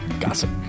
Gossip